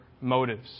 motives